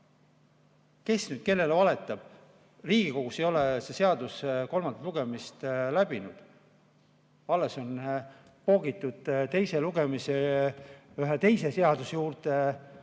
Kes nüüd kellele valetab? Riigikogus ei ole see seadus kolmandat lugemist läbinud. Alles on poogitud teisel lugemisel ühe teise seaduse juurde